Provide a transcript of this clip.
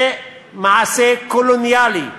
זה מעשה קולוניאלי.